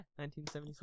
1977